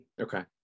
Okay